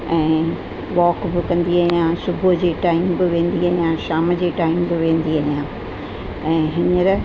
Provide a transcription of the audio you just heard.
ऐं वॉक बि कंदी आहियां सुबुह जे टाइम बि वेंदी आहियां ऐं शाम जे टाइम बि वेंदी आहियां ऐं हींअर